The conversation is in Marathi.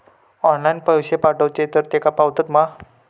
ऑनलाइन पैसे पाठवचे तर तेका पावतत मा?